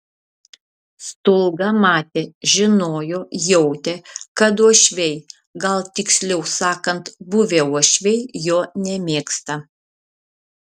stulga matė žinojo jautė kad uošviai gal tiksliau sakant buvę uošviai jo nemėgsta